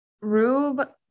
Rube